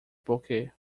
bouquet